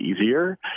easier